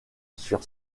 sur